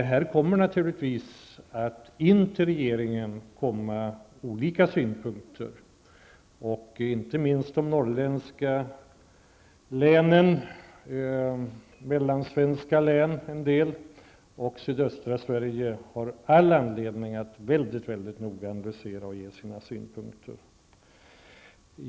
Regeringen kommer då naturligtvis att få ta emot olika synpunkter. Inte minst de norrländska länen, en del mellansvenska län och sydöstra Sverige har all anledning att väldigt noga göra analyser och framföra sina synpunkter.